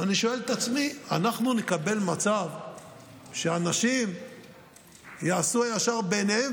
ואני שואל את עצמי: אנחנו נקבל מצב שבו אנשים יעשו הישר בעיניהם,